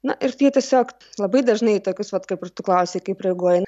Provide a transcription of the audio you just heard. na ir tie tiesiog labai dažnai tokius vat kaip ir tu klausi kaip reaguoji